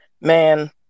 man